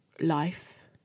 life